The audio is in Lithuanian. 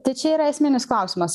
tai čia yra esminis klausimas